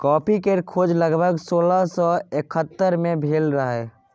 coffee केर खोज लगभग सोलह सय एकहत्तर मे भेल रहई